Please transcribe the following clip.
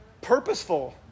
purposeful